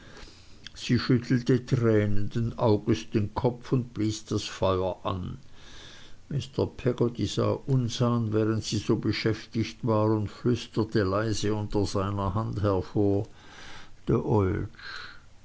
sie schüttelte tränenden auges den kopf und blies das feuer an mr peggotty sah uns an während sie so beschäftigt war und flüsterte leise hinter seiner hand hervor